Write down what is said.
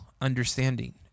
understanding